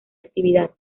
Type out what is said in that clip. actividad